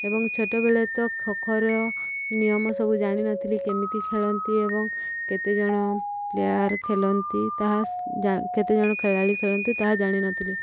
ଏବଂ ଛୋଟବେଳେ ତ ଖୋଖୋର ନିୟମ ସବୁ ଜାଣିନଥିଲି କେମିତି ଖେଳନ୍ତି ଏବଂ କେତେଜଣ ପ୍ଲେୟାର ଖେଳନ୍ତି ତାହା କେତେଜଣ ଖେଳାଳି ଖେଳନ୍ତି ତାହା ଜାଣିନଥିଲି